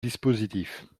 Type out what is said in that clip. dispositif